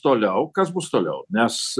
toliau kas bus toliau nes